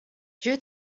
due